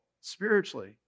spiritually